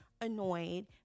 annoyed